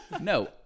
no